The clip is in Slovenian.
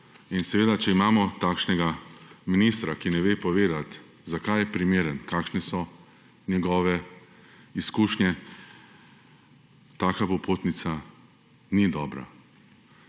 in seveda, če imamo takšnega ministra, ki ne ve povedati zakaj je primeren, kakšne so njegove izkušnje taka popotnica ni dobra.